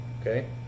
okay